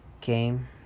came